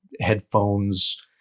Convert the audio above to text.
headphones